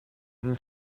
این